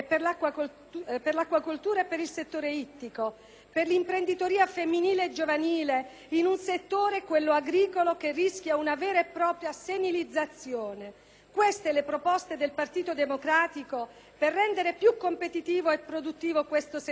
per l'acquacoltura e per il settore ittico, per l'imprenditoria femminile e giovanile in un settore, quello agricolo, che rischia una vera e propria senilizzazione. Ecco le proposte del Partito Democratico per rendere più competitivo e produttivo questo settore,